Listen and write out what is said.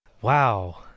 Wow